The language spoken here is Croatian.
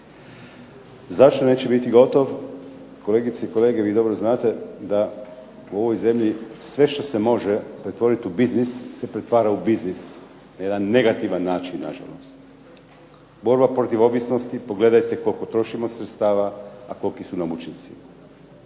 Zašto neće biti gotov kolegice i kolege vi dobro znate da u ovoj zemlji sve što se može pretvoriti u biznis se pretvara u biznis na jedan negativan način nažalost. Borba protiv ovisnosti pogledajte koliko trošimo sredstava a koliki su nam učinci.